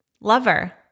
Lover